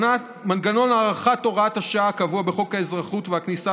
מנגנון הארכת הוראת השעה הקבוע בחוק האזרחות והכניסה